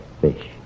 fish